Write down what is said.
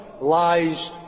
lies